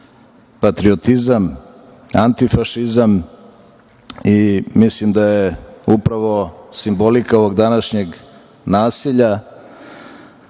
patriotizam, antifašizam i mislim da je upravo simbolika ovog današnjeg nasilja